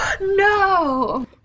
no